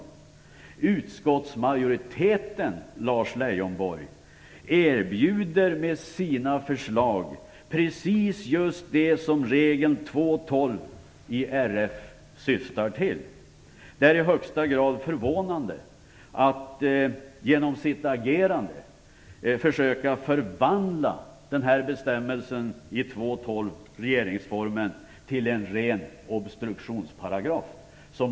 Utskottsmajoriteten, Lars Leijonborg, erbjuder med sina förslag precis det som regeln i RF 2:12 syftar till. Det är i högsta grad förvånande att Moderaterna och Folkpartiet genom sitt agerande försöker förvandla bestämmelsen i RF 2:12 till en ren obstruktionsparagraf.